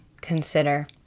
consider